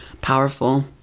powerful